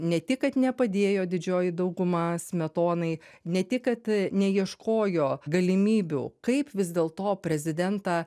ne tik kad nepadėjo didžioji dauguma smetonai ne tik kad neieškojo galimybių kaip vis dėlto prezidentą